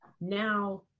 Now